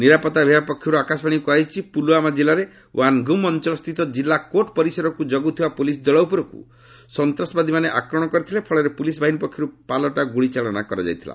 ନିରାପତ୍ତା ବିଭାଗ ପକ୍ଷରୁ ଆକାଶବାଣୀକୁ କୁହାଯାଇଛି ପୁଲୁୱାମା କିଲ୍ଲାରେ ୱାନ୍ଗୁମ୍ ଅଞ୍ଚଳ ସ୍ଥିତ କିଲ୍ଲା କୋର୍ଟ ପରିସରକୁ ଯଗୁଥିବା ପୁଲିସ୍ ଦଳ ଉପରକୁ ସନ୍ତାସବାଦୀମାନେ ଆକ୍ରମଣ କରିଥିଲେ ଫଳରେ ପୁଲିସ୍ ବାହିନୀ ପକ୍ଷରୁ ପାଲଟା ଗୁଳି ଚାଳନା କରାଯାଇଥିଲା